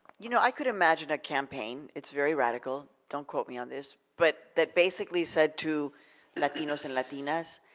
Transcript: you know i could imagine a campaign. it's very radical, don't quote me on this. but that basically said to latinos and latinas,